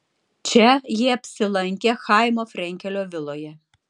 čia jie apsilankė chaimo frenkelio viloje